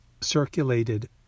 circulated